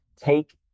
take